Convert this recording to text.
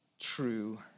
true